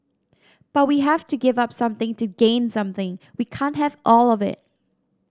but we have to give up something to gain something we can't have all of it